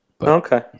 Okay